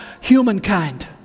humankind